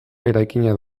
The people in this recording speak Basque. eraikina